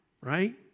right